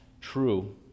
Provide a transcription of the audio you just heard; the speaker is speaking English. true